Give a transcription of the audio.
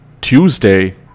Tuesday